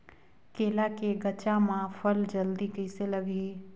केला के गचा मां फल जल्दी कइसे लगही?